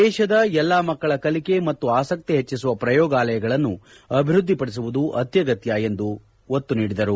ದೇಶದ ಎಲ್ಲ ಮಕ್ಕಳ ಕಲಿಕೆ ಮತ್ತು ಆಸಕ್ತಿ ಹೆಚ್ಚಿಸುವ ಪ್ರಯೋಗಾಲಯಗಳನ್ನು ಅಭಿವೃದ್ದಿಪಡಿಸುವುದು ಅತ್ಯಗತ್ಯ ಎಂದು ಒತ್ತು ನೀಡಿದರು